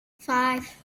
five